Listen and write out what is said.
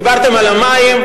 דיברתם על המים,